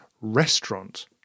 restaurant